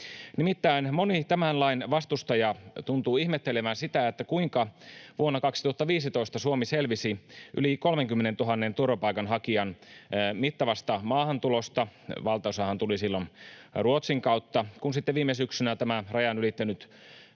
Nimittäin moni tämän lain vastustaja tuntuu ihmettelevän sitä, kuinka vuonna 2015 Suomi selvisi yli 30 000 turvapaikanhakijan mittavasta maahantulosta — valtaosahan tuli silloin Ruotsin kautta — kun sitten viime syksynä tämän rajan ylittänyt